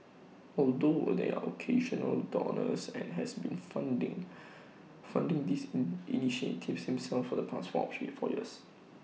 although there are occasional donors and has been funding funding these in initiatives himself for the past four years